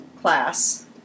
class